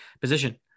position